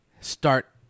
start